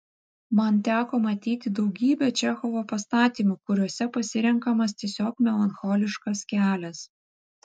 man teko matyti daugybę čechovo pastatymų kuriuose pasirenkamas tiesiog melancholiškas kelias